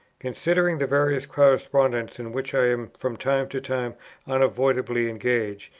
considering the various correspondence in which i am from time to time unavoidably engaged.